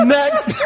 Next